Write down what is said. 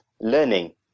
learning